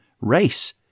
race